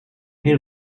den